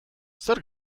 zer